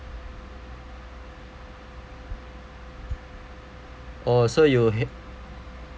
oh so you hate